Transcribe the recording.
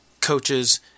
coaches